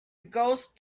ghost